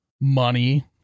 Money